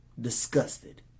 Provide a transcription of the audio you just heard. Disgusted